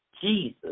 Jesus